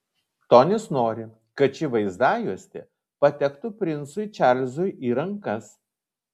tonis nori kad ši vaizdajuostė patektų princui čarlzui į rankas